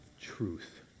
truth